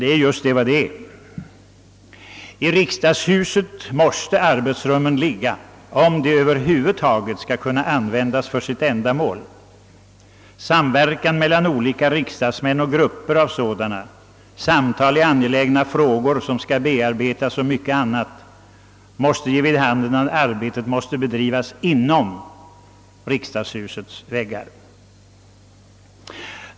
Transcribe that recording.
Det är emellertid just vad det är. I riksdagshuset måste arbetsrummen vara belägna, om de över huvud taget skall kunna användas för sitt ändamål. Samverkan mellan olika riksdagsmän och grupper av sådana, samtal i angelägna frågor som skall bearbetas och mycket annat ger vid handen att arbetet måste bedrivas inom riksdagshusets väggar.